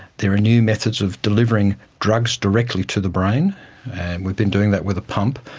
there are new methods of delivering drugs directly to the brain and we've been doing that with a pump.